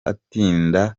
atinda